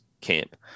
camp